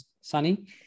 Sunny